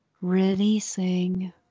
releasing